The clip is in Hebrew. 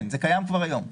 כן, זה קיים כבר היום.